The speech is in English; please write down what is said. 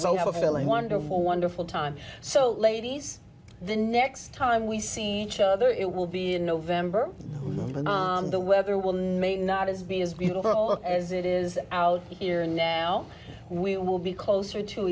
so have a feeling wonderful wonderful time so ladies the next time we seen each other it will be in november when the weather will may not as be as beautiful as it is out here now we will be closer to